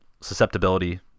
susceptibility